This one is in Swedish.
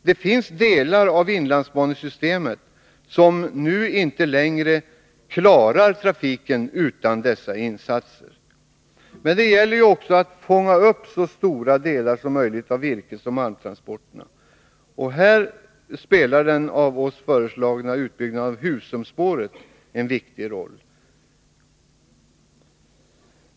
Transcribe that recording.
Det finns delar i inlandsbanesystemet som inte längre klarar trafiken utan dessa insatser. Det gäller också här att fånga upp så stora delar som möjligt av virkesoch malmtransporterna. Här spelar den av vpk föreslagna utbyggnaden av Husumspåret en viktig roll.